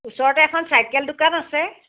ওচৰতে এখন চাইকেল দোকান আছে